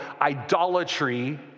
idolatry